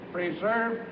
preserve